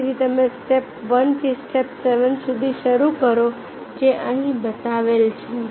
ફરીથી તમે સ્ટેપ 1 થી સ્ટેપ 7 સુધી શરૂ કરો જે અહીં બતાવેલ છે